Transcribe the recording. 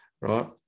right